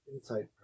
insight